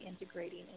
integrating